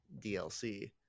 DLC